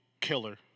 Killer